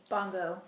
Bongo